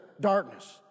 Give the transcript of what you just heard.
darkness